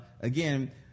again